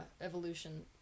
evolution